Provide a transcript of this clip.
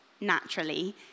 naturally